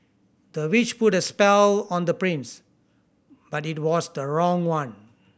the witch put a spell on the prince but it was the wrong one